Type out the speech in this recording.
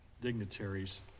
dignitaries